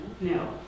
No